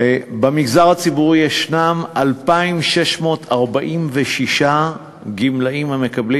במגזר הציבורי יש 2,646 גמלאים המקבלים